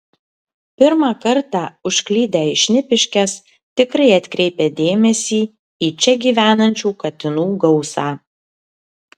pirmą kartą užklydę į šnipiškes tikrai atkreipia dėmesį į čia gyvenančių katinų gausą